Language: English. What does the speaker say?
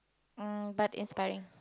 um but inspiring